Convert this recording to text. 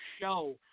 show